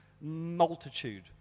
multitude